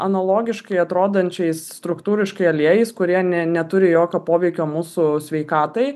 analogiškai atrodančiais struktūriškai aliejais kurie ne neturi jokio poveikio mūsų sveikatai